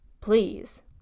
please